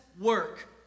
work